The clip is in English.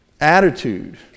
attitude